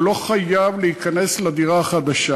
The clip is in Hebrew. הוא לא חייב להיכנס לדירה החדשה.